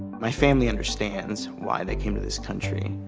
my family understands why they came to this country.